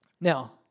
Now